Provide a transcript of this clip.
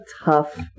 tough